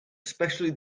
especially